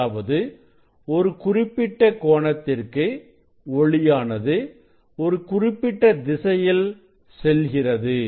அதாவது ஒரு குறிப்பிட்ட கோணத்திற்கு ஒளியானது ஒரு குறிப்பிட்ட திசையில் செல்கிறது